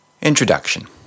Introduction